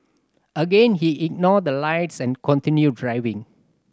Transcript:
again he ignored the lights and continued driving